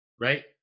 right